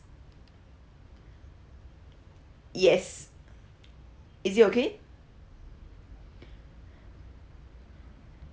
yes is it okay